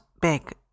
big